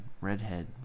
Redhead